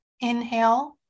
inhale